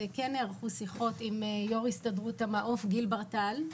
כן נערכו שיחות עם יו"ר הסתדרות המעוף גיל ברטל,